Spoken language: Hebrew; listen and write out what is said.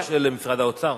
הערר של משרד האוצר?